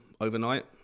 overnight